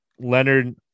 Leonard